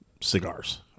cigars